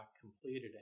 completed